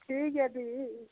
ठीक ऐ फ्ही